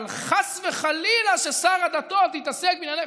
אבל חס וחלילה ששר הדתות יתעסק בעניינים.